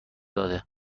داده